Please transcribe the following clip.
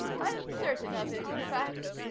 i'm certain of it, in fact,